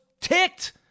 ticked